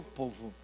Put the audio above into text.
povo